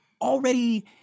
already